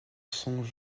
chanoine